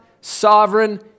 sovereign